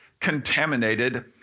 contaminated